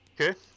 okay